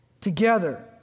together